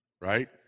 right